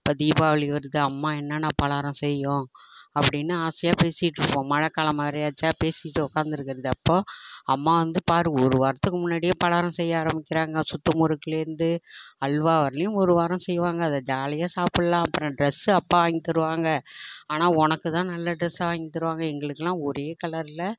இப்போ தீபாவளி வருது அம்மா என்னென்ன பலகாரம் செய்யும் அப்படினு ஆசையாக பேசிகிட்டு இருப்போம் மழைக்காலம் மாதிரியாச்சா பேசிகிட்டு உக்காந்துருக்குறது அப்போது அம்மா வந்து பார் ஒரு வாரத்துக்கு முன்னாடியே பலகாரம் செய்ய ஆரம்மிக்கிறாங்க சுற்று முறுக்குலேருந்து அல்வா வரையிலேயும் ஒருவாரம் செய்வாங்க அதை ஜாலியாக சாப்பிடுலாம் அப்புறம் டிரெஸ்ஸு அப்பா வாங்கித் தருவாங்க ஆனால் உனக்கு தான் நல்ல டிரெஸ்ஸாக வாங்கித்தருவாங்க எங்களுக்கு எல்லாம் ஒரே கலரில்